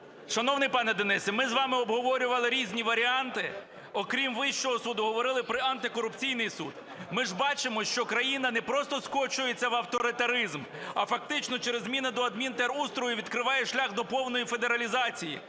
Шановний пане Денисе, ми з вами обговорювали різні варіанти, окрім Вищого Суду, говорили про Антикорупційний суд, ми ж бачимо, що країна не просто скочується в авторитаризм, а фактично через зміни до адмінтерустрою відкриває шлях до повної федералізації.